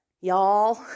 y'all